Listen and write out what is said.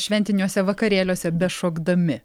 šventiniuose vakarėliuose bešokdami